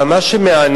אבל מה שמעניין,